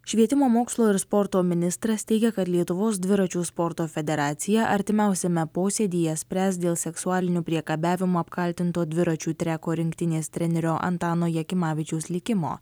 švietimo mokslo ir sporto ministras teigia kad lietuvos dviračių sporto federacija artimiausiame posėdyje spręs dėl seksualiniu priekabiavimu apkaltinto dviračių treko rinktinės trenerio antano jakimavičiaus likimo